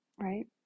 right